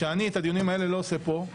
שאני את הדיונים האלה לא עושה פה.